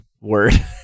word